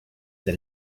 that